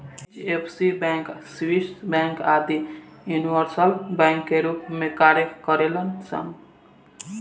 HFC bank, Swiss bank आदि universal bank के रूप में कार्य करेलन सन